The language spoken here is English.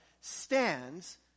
stands